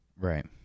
Right